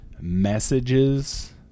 messages